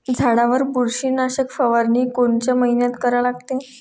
झाडावर बुरशीनाशक फवारनी कोनच्या मइन्यात करा लागते?